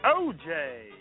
OJ